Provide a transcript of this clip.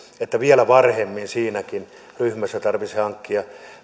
että vielä varhemmin siinäkin ryhmässä tarvitsisi hankkia